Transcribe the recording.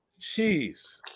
jeez